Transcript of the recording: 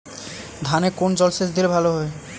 ধানে কোন জলসেচ দিলে ভাল হয়?